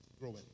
growing